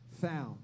found